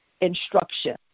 instruction